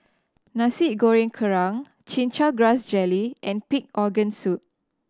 Nasi Goreng Kerang Chin Chow Grass Jelly and pig organ soup